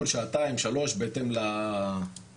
כל שעתיים שלוש בהתאם לאירועים,